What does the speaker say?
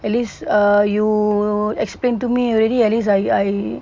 at least err you explain to me already I I